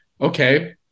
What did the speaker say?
okay